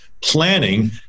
planning